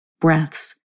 breaths